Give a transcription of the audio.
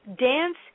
Dance